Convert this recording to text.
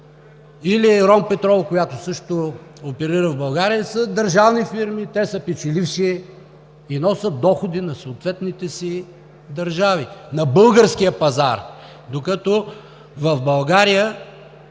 или „Ромпетрол“, която също оперира в България, са държавни фирми. Те са печеливши и носят доходи на съответните си държави от българския пазар, докато в България